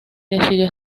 decidió